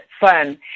fun